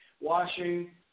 washing